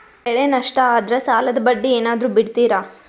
ಬೆಳೆ ನಷ್ಟ ಆದ್ರ ಸಾಲದ ಬಡ್ಡಿ ಏನಾದ್ರು ಬಿಡ್ತಿರಾ?